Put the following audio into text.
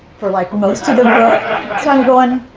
for like most of the going,